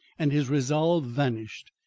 and his resolve vanished.